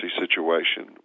situation